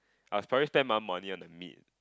I storage my money on the meal